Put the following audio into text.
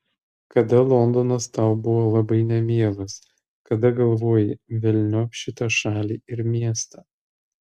kada londonas tau buvo labai nemielas kada galvojai velniop šitą šalį ir miestą